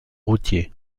routier